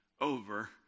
over